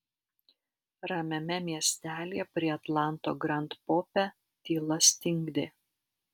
ramiame miestelyje prie atlanto grand pope tyla stingdė